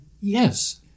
yes